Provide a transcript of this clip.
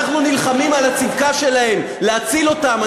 אנחנו נלחמים על הצִדקה שלהם, להציל אותם.